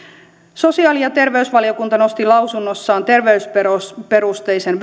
sosiaali ja terveysvaliokunta nosti lausunnossaan terveysperusteisen